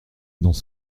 dans